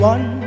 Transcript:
One